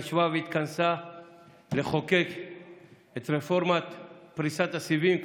ישבה והתכנסה לחוקק את רפורמת פריסת הסיבים.